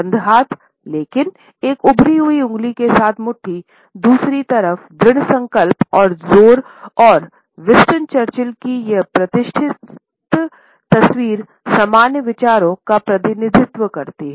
बंद हाथ लेकिन एक उभरी हुई उंगली के साथ मुट्ठी दूसरी तरफ दृढ़ संकल्प और जोर और विंस्टन चर्चिल की यह प्रतिष्ठित तस्वीर समान विचारों का प्रतिनिधित्व करती है